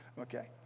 Okay